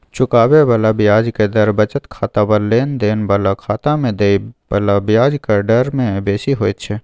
चुकाबे बला ब्याजक दर बचत खाता वा लेन देन बला खाता में देय बला ब्याजक डर से बेसी होइत छै